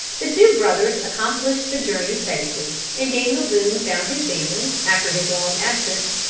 the two brothers accomplished the journey safely, and daniel boone found his family, after his long absence,